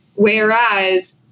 Whereas